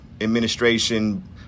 administration